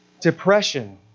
depression